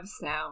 sound